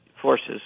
forces